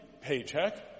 paycheck